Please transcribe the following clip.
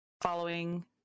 following